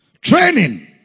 Training